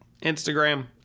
Instagram